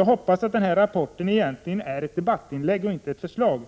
Jag hoppas att denna rapport är ett debattinlägg och inte ett förslag.